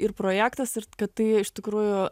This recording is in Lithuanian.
ir projektas ir kad tai iš tikrųjų